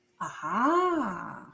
aha